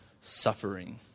suffering